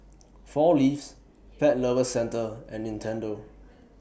four Leaves Pet Lovers Centre and Nintendo